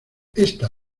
esta